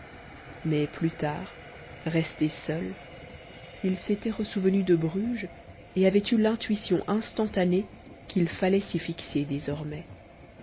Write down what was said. mais plus tard resté seul il s'était ressouvenu de bruges et avait eu l'intuition instantanée qu'il fallait s'y fixer désormais